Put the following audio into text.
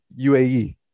UAE